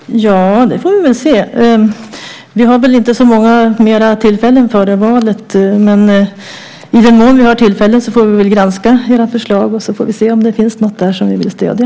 Herr talman! Ja, det får vi väl se. Vi har väl inte så många fler tillfällen före valet, men i den mån vi har tillfälle får vi väl granska era förslag, och så får vi se om det finns något där som vi vill stödja.